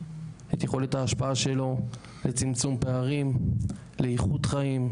את יכולת ההשפעה שלו לצמצום פערים, לאיכות חיים,